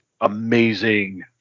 amazing